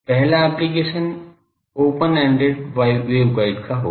पहला application open ended waveguide होगा